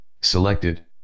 Selected